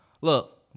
look